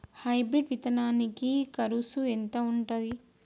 Hybrid విత్తనాలకి కరుసు ఎంత ఉంటది?